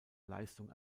leistung